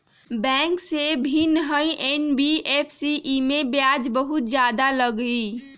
Bank से भिन्न हई एन.बी.एफ.सी इमे ब्याज बहुत ज्यादा लगहई?